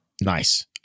Nice